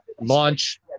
launch